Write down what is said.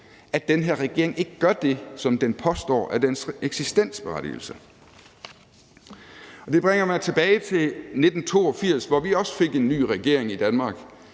Den gør ikke det, som den påstår er dens eksistensberettigelse. Det bringer mig tilbage til 1982, hvor vi også fik en ny regering i Danmark,